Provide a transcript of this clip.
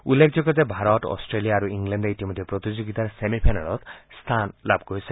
উল্লেখযোগ্য যে ভাৰত অট্টেলিয়া আৰু ইংলেণ্ডে ইতিমধ্যে প্ৰতিযোগিতাৰ ছেমি ফাইনেলত স্থান লাভ কৰিছে